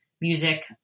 music